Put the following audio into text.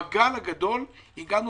בגל הגדול הגענו